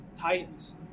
Titans